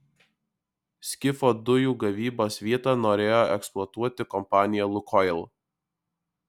skifo dujų gavybos vietą norėjo eksploatuoti kompanija lukoil